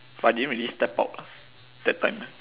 but I didn't really step out lah that time